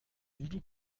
voodoo